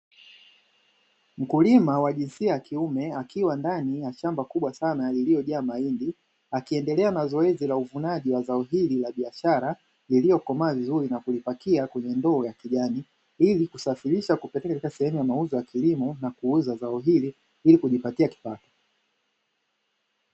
Mkulima wa jinsia ya kiume akiwa ndani ya shamba kubwa sana iliyojaa mahindi akiendelea mazoezi ya uvunaji ya zao hili la biashara, iliyokomaa vizuri na kuipakia kwenye ndoo kijana ili kusafirisha sehemu ya mauzo ya kilimo na kuuza zao hili ili kujipatia kipato.